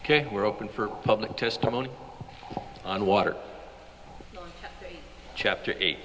ok we're open for public testimony on water chapter eight